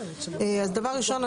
אז דבר ראשון,